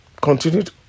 Continued